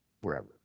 wherever